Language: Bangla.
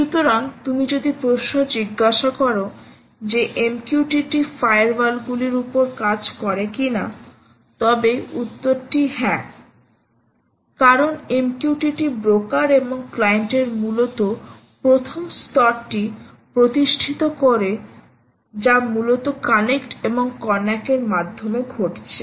সুতরাং তুমি যদি প্রশ্ন জিজ্ঞাসা কর যে MQTT ফায়ারওয়ালগুলির ওপর কাজ করে কি না তবে উত্তরটি হ্যাঁ কারণ MQTT ব্রোকার এবং ক্লায়েন্ট এর মূলত প্রথম স্তরটি প্রতিষ্ঠিত করে যা মূলত কানেক্ট এবং কন্নাকের মাধ্যমে ঘটছে